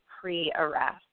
pre-arrest